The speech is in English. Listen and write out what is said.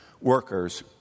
workers